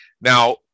Now